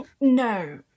No